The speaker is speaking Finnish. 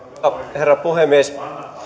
herra puhemies